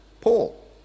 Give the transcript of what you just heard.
Paul